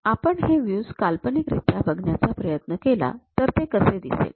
आपण हे व्ह्यूज काल्पनिकरीत्या बघण्याचा प्रयत्न केला तर ते कसे दिसेल